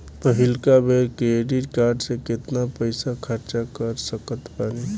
पहिलका बेर credit card से केतना पईसा खर्चा कर सकत बानी?